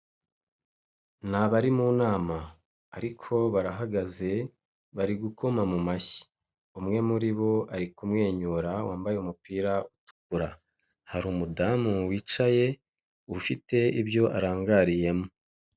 Ni abari mu nama ariko barahagaze bari gukoma mu mashyi, umwe muri bo ari kumwenyura wambaye umupira utukura, hari umudamu wicaye ufite ibyo arangariyemo.